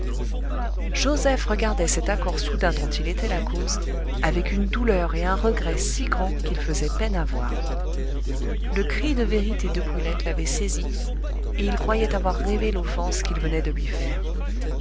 joseph regardait cet accord soudain dont il était la cause avec une douleur et un regret si grands qu'il faisait peine à voir le cri de vérité de brulette l'avait saisi et il croyait avoir rêvé l'offense qu'il venait de lui faire